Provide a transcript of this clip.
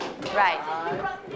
Right